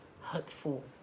hurtful